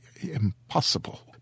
impossible—